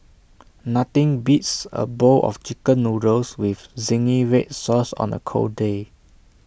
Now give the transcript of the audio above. nothing beats A bowl of Chicken Noodles with Zingy Red Sauce on A cold day